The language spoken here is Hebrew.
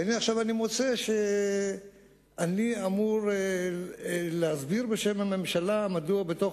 והנה עכשיו אני מוצא שאני אמור להסביר בשם הממשלה מדוע בתוך